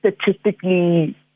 statistically